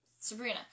Sabrina